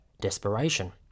desperation